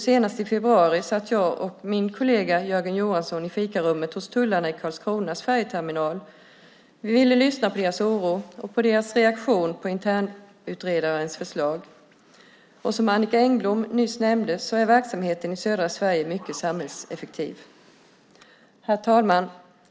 Senast i februari satt jag och min kollega Jörgen Johansson i fikarummet hos tullarna i Karlskronas färjeterminal. Vi ville lyssna på deras oro och på deras reaktion på internutredarens förslag. Som Annicka Engblom nyss nämnde är verksamheten i södra Sverige mycket samhällseffektiv. Herr talman!